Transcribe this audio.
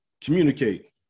communicate